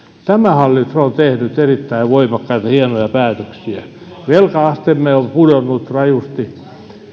tämä hallitus on tehnyt erittäin voimakkaita hienoja päätöksiä velka asteemme on pudonnut rajusti